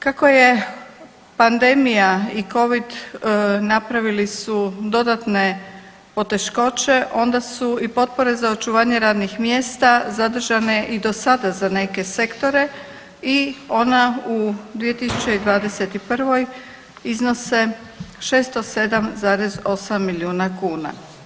Kako je pandemija i Covid napravili su dodatne poteškoće onda su i potpore za očuvanje radnih mjesta zadržane i do sada za neke sektore i ona u 2021. iznose 607,8 milijuna kuna.